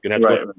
right